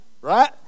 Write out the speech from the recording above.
Right